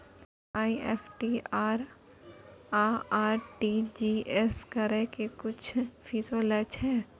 NEFT आ RTGS करै के कुछो फीसो लय छियै?